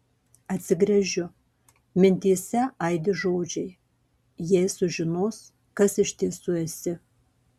atsigręžiu mintyse aidi žodžiai jei sužinos kas iš tiesų esi